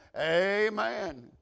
amen